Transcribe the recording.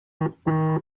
jefferson